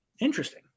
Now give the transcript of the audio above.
interesting